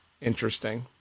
interesting